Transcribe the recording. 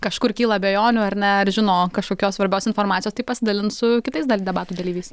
kažkur kyla abejonių ar ne ar žino kažkokios svarbios informacijos tai pasidalins su kitais dar debatų dalyviais